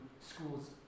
schools